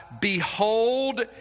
behold